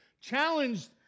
challenged